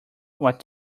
what